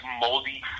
moldy